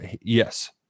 yes